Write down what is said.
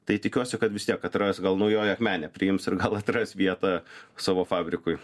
tai tikiuosi kad vis tiek atras gal naujoji akmenė priims ir gal atras vietą savo fabrikui